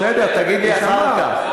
בסדר, תגיד לי אחר כך.